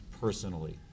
personally